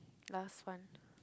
last one